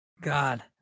God